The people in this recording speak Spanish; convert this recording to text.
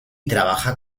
trabaja